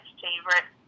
favorite